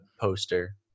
poster